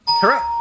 Correct